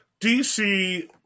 DC